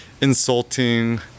insulting